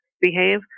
behave